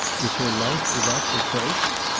is her life without reproach?